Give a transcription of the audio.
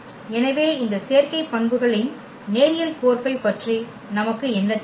எனவே இந்த சேர்க்கை பண்புகளின் நேரியல் கோர்ப்பைப் பற்றி நமக்கு என்ன தெரியும்